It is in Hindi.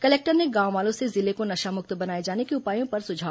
कलेक्टर ने गांव वालों से जिले को नशामुक्त बनाये जाने के उपायों पर सुझाव मांगे